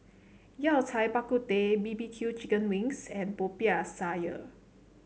Yao Cai Bak Kut Teh B B Q Chicken Wings and Popiah Sayur